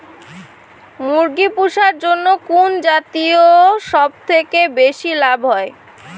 মুরগি পুষার জন্য কুন জাতীয় সবথেকে বেশি লাভ হয়?